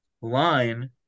line